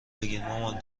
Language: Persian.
بگیرمامان